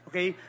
Okay